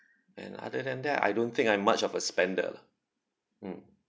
and other than that I don't think I'm much of a spender lah mm